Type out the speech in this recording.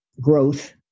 growth